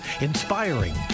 Inspiring